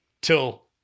till